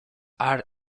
are